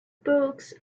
books